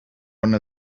one